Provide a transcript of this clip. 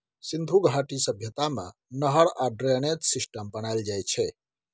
सिन्धु घाटी सभ्यता मे नहर आ ड्रेनेज सिस्टम बनाएल जाइ छै